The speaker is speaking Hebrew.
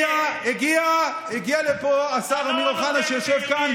הגיע לפה השר אמיר אוחנה, שיושב כאן,